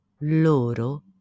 Loro